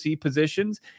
positions